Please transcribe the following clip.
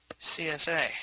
CSA